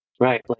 right